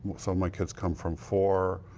so my kids come from four.